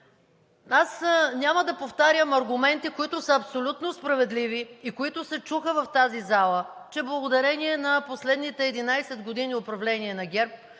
Аз няма да повтарям аргументи, които са абсолютно справедливи и които се чуха в тази зала, че благодарение на последните 11 години управление на ГЕРБ